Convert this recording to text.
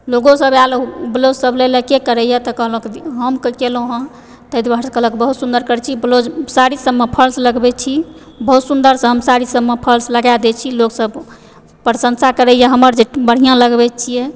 लोगो सब आएल ब्लाउज सब लए लएके करैए तऽ कहलक हम केलहुँ हँ ताहि दुआरेसँ कहलक बहुत सुन्दर करए छी ब्लाउज साड़ी सबमे फाल्स लगबै छी बहुत सुन्दरसंँ हम साड़ी सबमे फाल्स लगाए दए छी लोकसब प्रशंसा करैए हमर जे बढ़िआँ लगबै छिऐ